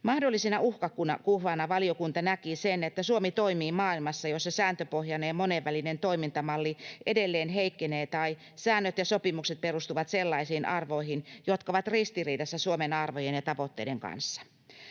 Mahdollisena uhkakuvana valiokunta näki sen, että Suomi toimii maailmassa, jossa sääntöpohjainen ja monenvälinen toimintamalli edelleen heikkenee, tai säännöt ja sopimukset perustuvat sellaisiin arvoihin, jotka ovat ristiriidassa Suomen arvojen ja tavoitteiden kanssa.